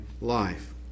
life